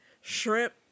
shrimp